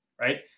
Right